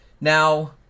Now